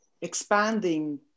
expanding